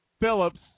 Phillips